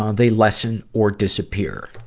um they lessen or disappear.